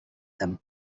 them